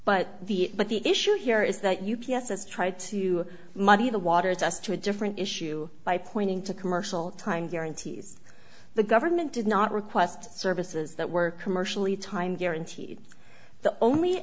but the but the issue here is that you can try to muddy the waters us to a different issue by pointing to commercial time guarantees the government did not request services that were commercially time guaranteed the only